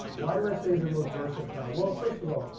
why do i say is the most versatile? well, first of all,